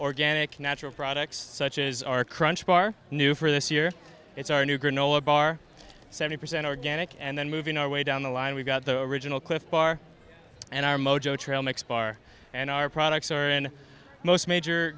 organic natural products such as our crunch bar knew for this year it's our new granola bar seven percent organic and then moving our way down the line we've got the original cliff bar and our mojo trail mix bar and our products are in most major